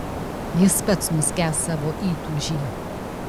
jis pats nuskęs savo įtūžy